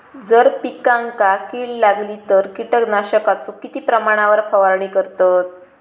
जर पिकांका कीड लागली तर कीटकनाशकाचो किती प्रमाणावर फवारणी करतत?